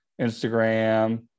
Instagram